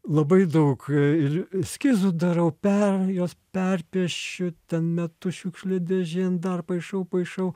labai daug ir eskizų darau per juos perpiešiu ten metu šiukšlių dėžėn dar paišau paišau